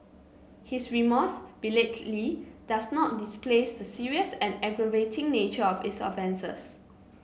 his remorse belatedly does not displace the serious and aggravating nature of his offences